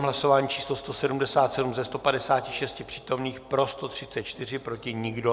V hlasování číslo 177 ze 156 přítomných pro 134, proti nikdo.